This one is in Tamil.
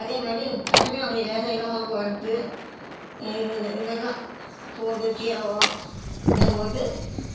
அதே மாதிரி தட்டைப்பயிறும் அப்படியே லேசாக இளம் வறுப்பாக வறுத்து இது இது மாதிரிதான் பூண்டு சீரகம் இதெல்லாம் போட்டு